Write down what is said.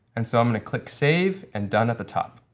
and so i'm going to click save and done at the top.